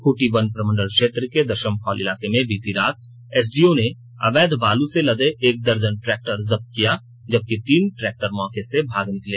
खूंटी वन प्रमंडल क्षेत्र के दशम फॉल इलाके में बीती रात एसडीओ ने अवैध बालू से लदे एक दर्जन ट्रैक्टर जब्त किया जबकि तीन ट्रैक्टर मौके से भाग निकले